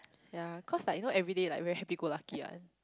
ya cause like you know everyday like very happy go lucky one